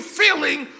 feeling